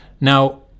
Now